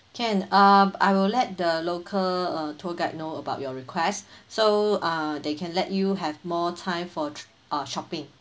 can uh I will let the local uh tour guide know about your request so uh they can let you have more time for tr~ uh shopping